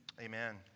amen